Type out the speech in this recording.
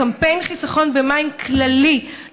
קמפיין חיסכון במים כללי,